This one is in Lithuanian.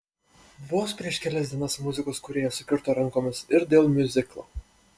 vos prieš kelias dienas muzikos kūrėjas sukirto rankomis ir dėl miuziklo